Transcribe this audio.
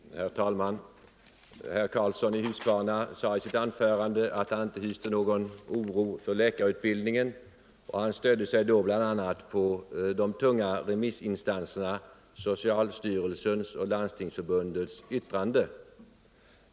Herr talman! Herr Karlsson i Huskvarna sade i sitt anförande att han inte hyste någon oro för läkarutbildningen, och han stödde sig då bl.a. på de tunga remissinstanserna socialstyrelsens och Landstingsförbundets yttranden.